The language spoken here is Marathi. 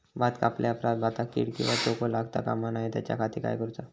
भात कापल्या ऑप्रात भाताक कीड किंवा तोको लगता काम नाय त्याच्या खाती काय करुचा?